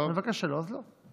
אני מבקש שלא, אז לא.